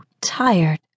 tired